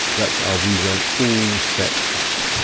that's our woozone all set up.